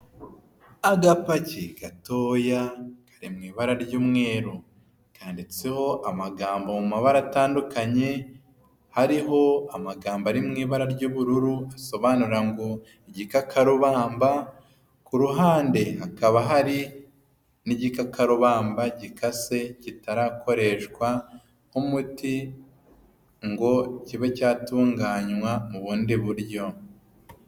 Agapaki gatoya kari mu ibara ry'umweru kaditseho amagambo mu mabara atandukanye, hariho amagambo ari mu ibara ry'ubururu asobanura ngo igikakarubamba, ku ruhande hakaba hari n'igikakarubamba gikase kitarakoreshwa nk'umuti ngo kibe cyatunganywa mu bundi buryo.